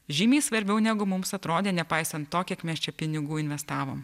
žymiai svarbiau negu mums atrodė nepaisant to kiek mes čia pinigų investavom